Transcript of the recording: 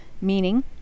meaning